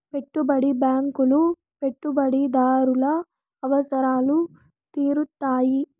పెట్టుబడి బ్యాంకులు పెట్టుబడిదారుల అవసరాలు తీరుత్తాయి